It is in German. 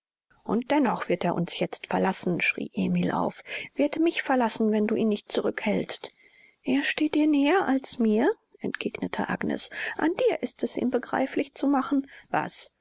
und dennoch wird er uns jetzt verlassen schrie emil auf wird mich verlassen wenn du ihn nicht zurückhältst er steht dir näher als mir entgegnete agnes an dir ist es ihm begreiflich zu machen was